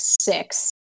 six